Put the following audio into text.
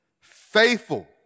Faithful